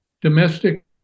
domestic